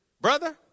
brother